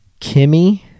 kimmy